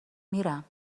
میرم